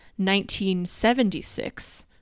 1976